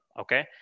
Okay